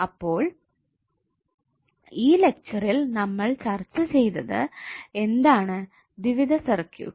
അപ്പോൾ ഈ ലെക്ചറിൽ നമ്മൾ ചർച്ച ചെയ്തത് എന്താണ് ദ്വിവിധ സർക്യൂട്ട്